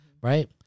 right